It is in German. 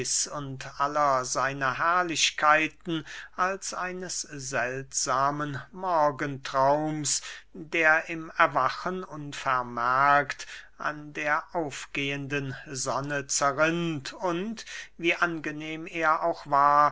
und aller seiner herrlichkeiten als eines seltsamen morgentraums der im erwachen unvermerkt an der aufgehenden sonne zerrinnt und wie angenehm er auch war